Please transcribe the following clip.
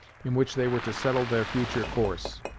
in which they were to settle their future course.